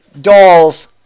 dolls